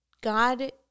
God